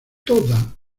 toda